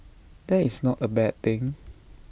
that is not A bad thing